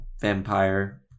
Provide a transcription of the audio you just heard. vampire